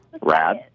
Rad